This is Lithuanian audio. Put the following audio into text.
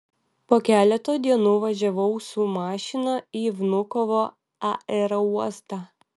po keleto dienų važiavau su mašina į vnukovo aerouostą